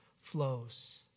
flows